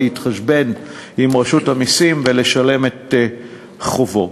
להתחשבן עם רשות המסים ולשלם את חובו.